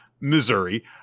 Missouri